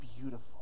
beautiful